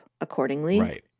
accordingly